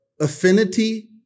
affinity